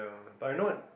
but you know